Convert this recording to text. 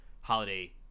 holiday